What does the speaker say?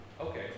okay